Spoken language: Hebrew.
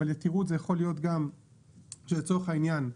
אבל יתירות זה יכול להיות גם לצורך העניין,